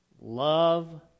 love